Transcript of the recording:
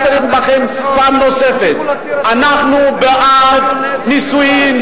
מפצירים בכם פעם נוספת: אנחנו בעד נישואים,